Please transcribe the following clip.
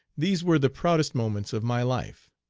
these were the proudest moments of my life.